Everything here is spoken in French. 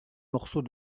morceau